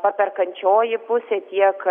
paperkančioji pusė tiek